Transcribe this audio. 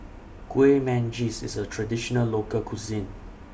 Kueh Manggis IS A Traditional Local Cuisine